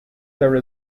there